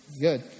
Good